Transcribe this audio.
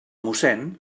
mossén